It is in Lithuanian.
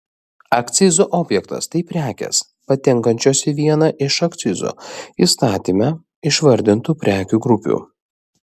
akcizų objektas tai prekės patenkančios į vieną iš akcizų įstatyme išvardintų prekių grupių